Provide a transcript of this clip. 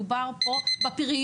מדובר פה בפריון,